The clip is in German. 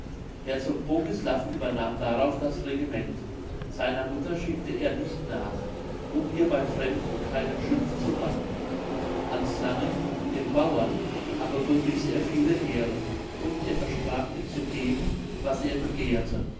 herzog bogislav übernahm darauf das regiment seiner mutter schickte er nicht nach um ihr bei fremden keinen schimpf zu machen hans langen dem bauern aber bewies er viele ehre und er versprach ihm zu geben was er begehrte